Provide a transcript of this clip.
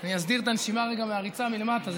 אני אסדיר את הנשימה רגע מהריצה מלמטה.